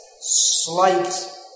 slight